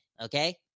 okay